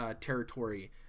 territory